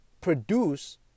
Produce